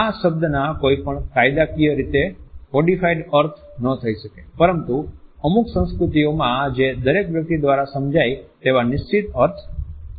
આ શબ્દના કોઈપણ કાયદાકીય રીતે કોડીફાઇડ અર્થ ન થઈ શકે પરંતુ અમુક સંસ્કૃતિઓમાં જે દરેક વ્યક્તિ દ્વારા સમજાય તેવા નિશ્ચિત અર્થ છે